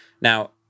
Now